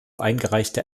eingereichte